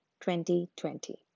2020